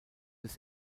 des